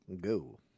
go